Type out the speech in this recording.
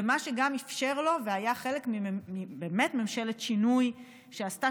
ומה שגם אפשר לו והיה חלק מממשלת שינוי שעשתה